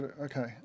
okay